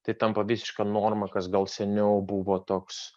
tai tampa visiška norma kas gal seniau buvo toks